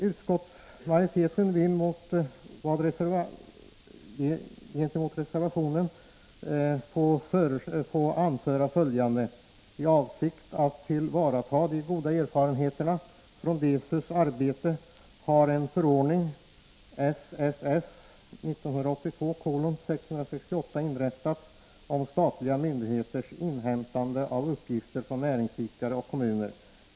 Utskottsmajoriteten vill gentemot reservationen anföra följande: ”T avsikt att ta tillvara de goda erfarenheterna från DEFU:s arbete har en förordning inrättats om statliga myndigheters inhämtande av uppgifter från näringsidkare och kommuner.